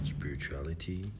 spirituality